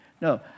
No